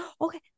okay